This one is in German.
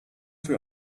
für